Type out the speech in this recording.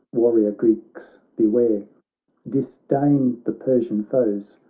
warrior greeks, beware, disdain the persian foes,